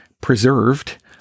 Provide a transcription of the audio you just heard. preserved